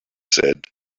said